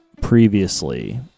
previously